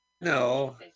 No